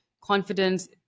confidence